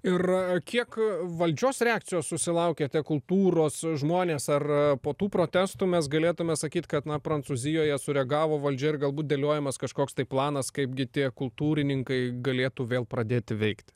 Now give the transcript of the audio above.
ir kiek valdžios reakcijos susilaukia tie kultūros žmonės ar po tų protestų mes galėtume sakyt kad prancūzijoje sureagavo valdžia ir galbūt dėliojamas kažkoks tai planas kaipgi tie kultūrininkai galėtų vėl pradėti veikti